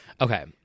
Okay